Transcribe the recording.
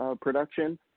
production